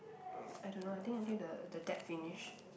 I don't know I think until the the deck finish